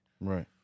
right